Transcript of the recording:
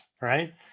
right